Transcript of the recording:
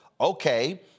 Okay